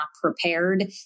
prepared